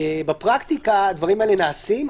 אמנם בפרקטיקה הדברים האלה נעשים,